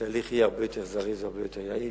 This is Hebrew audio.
שהתהליך יהיה הרבה יותר זריז והרבה יותר יעיל,